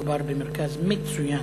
מדובר במרכז מצוין,